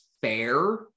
fair